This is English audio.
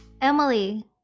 Emily